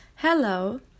Hello